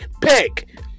pick